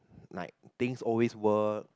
like things always work